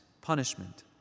Punishment